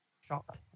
shock